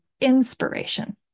inspiration